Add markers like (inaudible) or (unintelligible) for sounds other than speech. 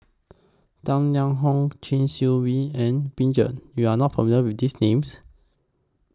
Tang Liang Hong Chee Swee V and (unintelligible) YOU Are not familiar with These Names